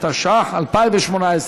התשע"ח 2018,